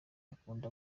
ukunde